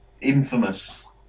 infamous